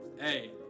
Hey